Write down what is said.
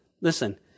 listen